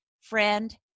Friend